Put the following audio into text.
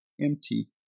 empty